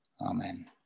Amen